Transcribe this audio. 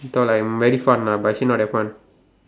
I thought like merry fun ah but actually not that fun